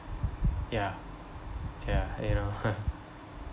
ya ya you know